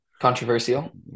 controversial